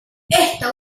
esta